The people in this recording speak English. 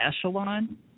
Echelon